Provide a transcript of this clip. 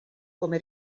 come